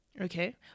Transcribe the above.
Okay